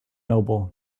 noble